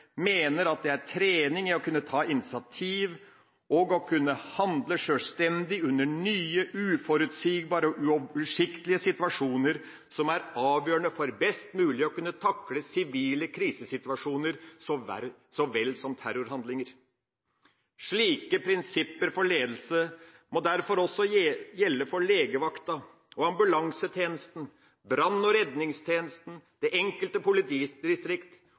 mener at det er trening i å kunne ta initiativ og å kunne handle sjølstendig under nye, uforutsigbare og uoversiktlige situasjoner som er avgjørende for best mulig å kunne takle sivile krisesituasjoner så vel som terrorhandlinger. Slike prinsipper for ledelse må derfor også gjelde for legevakta og ambulansetjenesten, brann- og redningstjenesten, det enkelte politidistrikt